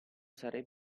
usare